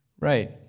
Right